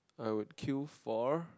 I would queue for